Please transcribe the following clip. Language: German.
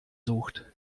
sucht